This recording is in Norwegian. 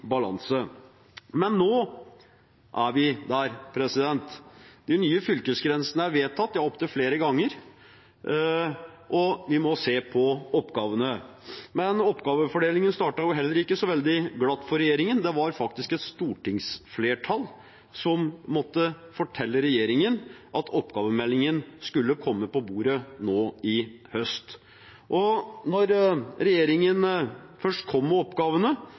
balanse. Nå er vi der. De nye fylkesgrensene er vedtatt opptil flere ganger. Vi må se på oppgavene. Men oppgavefordelingen startet heller ikke så veldig glatt for regjeringen. Det var faktisk et stortingsflertall som måtte fortelle regjeringen at oppgavemeldingen skulle komme på bordet nå i høst. Da regjeringen først kom med oppgavene,